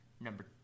Number